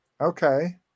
okay